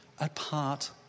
apart